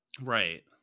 Right